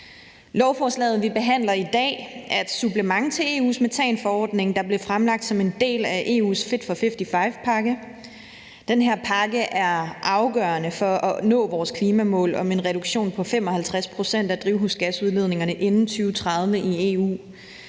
Lovforslaget, vi behandler i dag, er et supplement til EU's metanforordning, der blev fremlagt som en del af EU's Fit for 55-pakke. Den her pakke er afgørende for at nå vores klimamål om en reduktion på 55 pct. af drivhusgasudledningerne inden 2030 i EU.